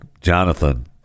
Jonathan